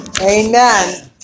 Amen